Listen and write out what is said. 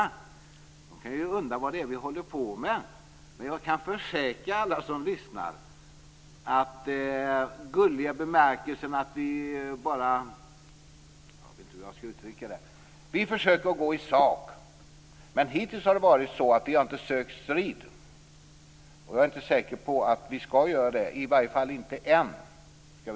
De andra ledamöterna kan ju undra vad vi håller på med. Men jag kan försäkra alla som lyssnar att vi försöker att diskutera i sak, men hittills har vi inte sökt strid och jag är inte heller säker på att vi skall göra det, i varje fall inte ännu.